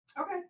Okay